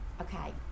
okay